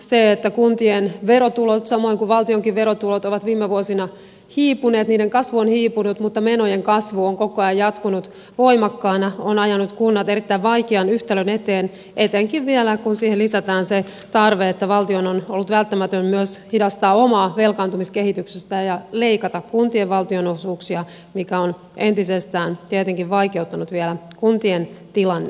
se että kuntien verotulot samoin kuin valtionkin verotulot ovat viime vuosina hiipuneet niiden kasvu on hiipunut mutta menojen kasvu on koko ajan jatkunut voimakkaana on ajanut kunnat erittäin vaikean yhtälön eteen etenkin vielä kun siihen lisätään se tarve että valtion on ollut välttämätöntä myös hidastaa omaa velkaantumiskehitystään ja leikata kuntien valtionosuuksia mikä on entisestään tietenkin vaikeuttanut vielä kuntien tilannetta